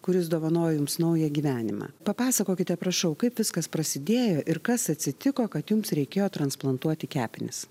kuris dovanojo jums naują gyvenimą papasakokite prašau kaip viskas prasidėjo ir kas atsitiko kad jums reikėjo transplantuoti kepenis